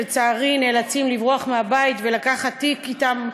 שלצערי נאלצים לברוח מהבית ולקחת תיק אתם,